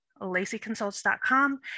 LaceyConsults.com